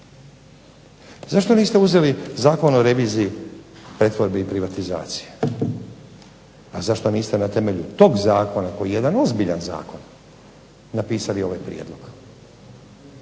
Zašto niste uzeli Zakon o reviziji pretvorbe i privatizacije, pa zašto niste na temelju tog zakona koji je jedan ozbiljan zakon napisali ovaj prijedlog.